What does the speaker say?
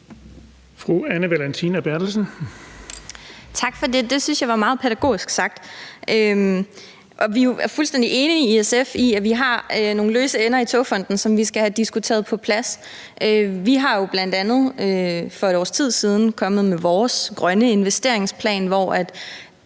Anne Valentina Berthelsen (SF): Tak for det. Det synes jeg var meget pædagogisk sagt, og vi er jo i SF fuldstændig enige i, at der er nogle løse ender i Togfonden DK, som man skal have diskuteret på plads. Vi kom jo bl.a. for et års tid siden med vores grønne investeringsplan, hvor